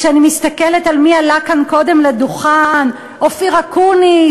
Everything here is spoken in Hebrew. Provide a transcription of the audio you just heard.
כשאני מסתכלת מי עלה כאן קודם לדוכן: אופיר אקוניס,